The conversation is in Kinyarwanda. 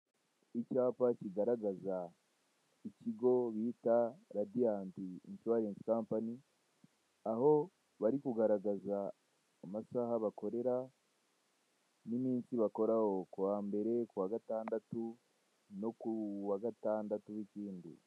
Icyapa kigaragaza ikigo bita radiyati ishuwaresi kampani, aho bari kugaragaza amasaha bakorera, n'iminsi bakoreraho, ku wa mbere, kuwa gatandatu, no kuwa gatandatiu w'ikindi.